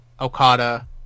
Okada